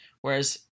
Whereas